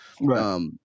Right